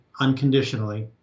unconditionally